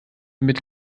mit